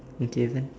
what even